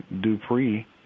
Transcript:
Dupree